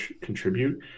contribute